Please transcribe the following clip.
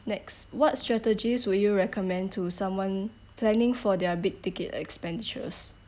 next what strategies would you recommend to someone planning for their big ticket expenditures